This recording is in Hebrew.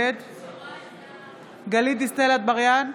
נגד גלית דיסטל אטבריאן,